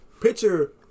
picture